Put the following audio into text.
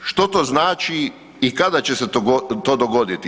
Što to znači i kada će se to dogoditi?